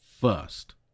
first